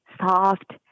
soft